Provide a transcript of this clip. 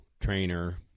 trainer